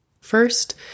First